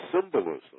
symbolism